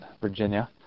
Virginia